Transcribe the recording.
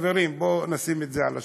חברים, בואו נשים את זה על השולחן: